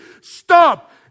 Stop